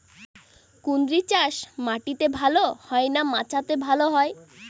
কুঁদরি চাষ মাটিতে ভালো হয় না মাচাতে ভালো হয়?